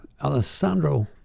Alessandro